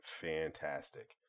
fantastic